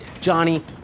Johnny